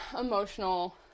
emotional